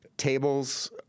Tables